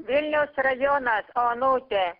vilniaus rajonas onutė